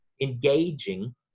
engaging